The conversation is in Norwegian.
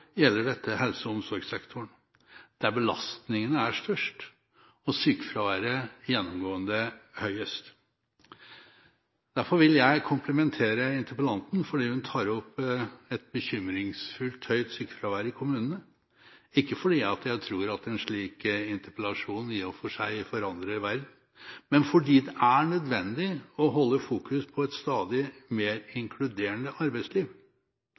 helse- og omsorgssektoren, der belastningene er størst og sykefraværet gjennomgående høyest. Derfor vil jeg komplimentere interpellanten for at hun tar opp det med et bekymringsfullt høyt sykefravær i kommunene, ikke fordi jeg tror at en slik interpellasjon i og for seg forandrer verden, men fordi det er nødvendig å holde fokus på et stadig mer inkluderende arbeidsliv.